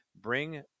bring